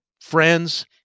friends